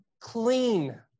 clean